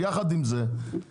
יחד עם זאת,